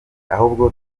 ahubwo